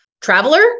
traveler